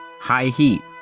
high heat,